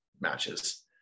matches